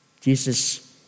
Jesus